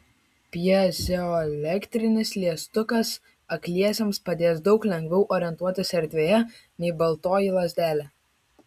pjezoelektrinis liestukas akliesiems padės daug lengviau orientuotis erdvėje nei baltoji lazdelė